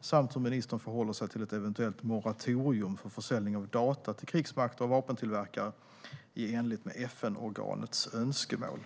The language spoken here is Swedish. samt hur ministern förhåller sig till ett eventuellt moratorium för försäljning av data till krigsmakter och vapentillverkare, i enlighet med FN-organets önskemål.